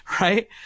right